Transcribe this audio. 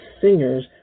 singers